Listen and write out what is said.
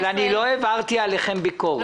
לא העברתי עליכם ביקורת.